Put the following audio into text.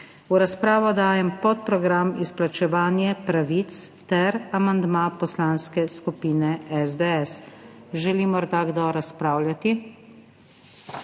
V razpravo dajem podprogram Izplačevanje pravic ter amandma Poslanske skupine SDS. Želi morda kdo razpravljati?